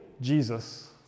Jesus